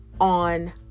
on